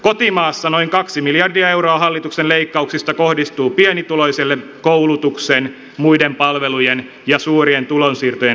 kotimaassa noin kaksi miljardia euroa hallituksen leikkauksista kohdistuu pienituloisille koulutuksen muiden palvelujen ja suurien tulonsiirtojen leikkauksina